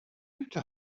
into